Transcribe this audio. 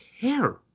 care